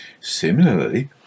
Similarly